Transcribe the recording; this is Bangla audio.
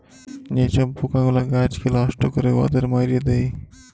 যে ছব পকাগুলা গাহাচকে লষ্ট ক্যরে উয়াদের মাইরে দেয়